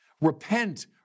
repent